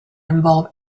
involve